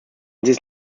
this